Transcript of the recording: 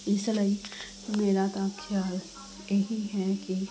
ਇਸ ਲਈ ਮੇਰਾ ਤਾਂ ਖਿਆਲ ਇਹ ਹੀ ਹੈ ਕਿ